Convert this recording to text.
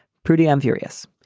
pretty. i'm furious.